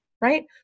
right